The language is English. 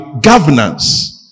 governance